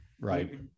Right